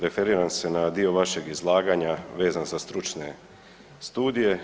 Referiram se na dio vašeg izlaganja vezan za stručne studije.